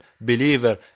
believer